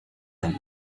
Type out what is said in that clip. them